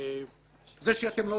זה שאתם לא